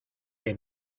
que